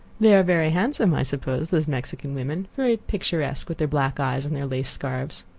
they are very handsome, i suppose, those mexican women very picturesque, with their black eyes and their lace scarfs.